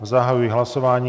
Zahajuji hlasování.